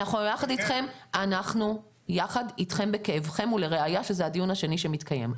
אנחנו יחד איתכם בכאבכם ולראייה שזה הדיון השני שמתקיים.